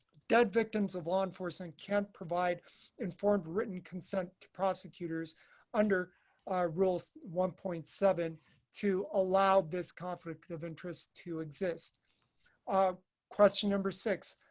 dead victims of law enforcement can't provide informed written consent prosecutors under our rules one point seven to allow this conflict of interest to exist on ah question number six.